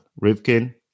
Rivkin